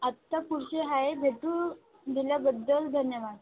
आता पुढचे हाये भेटू दिल्याबद्दल धन्यवाद